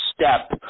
step